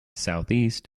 southeast